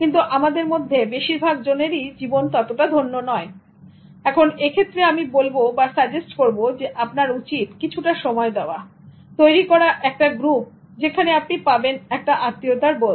কিন্তু আমাদের মধ্যে বেশিরভাগ জনের জীবন ততটা ধন্য নয় এখন এই ক্ষেত্রে আমি বলব সাজেস্ট করবো আপনার উচিত কিছুটা সময় দেওয়া তৈরি করা একটা গ্রুপ যেখানে আপনি পাবেন একটা আত্মীয়তার বোধ